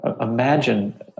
Imagine